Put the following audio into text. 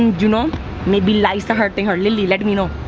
and you know maybe lice are hurting her. lilly, let me know.